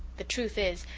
the truth is,